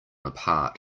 apart